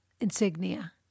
insignia